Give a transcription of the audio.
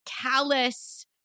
callous